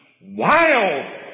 Wild